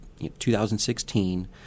2016